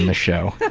and show. yeah